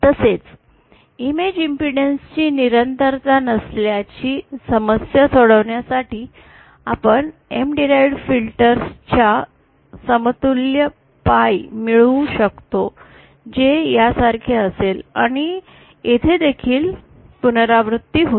तसेच image impedance ची निरंतरता नसल्याची समस्या सोडवण्यासाठी आपण M डिराइवड फिल्टर च्या समतुल्य पाई मिळवू शकतो जे यासारखे असेल आणि येथे देखील पुनरावृत्ती होईल